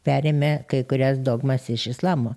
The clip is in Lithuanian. perėmė kai kurias dogmas iš islamo